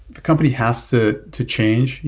the company has to to change.